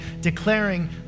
declaring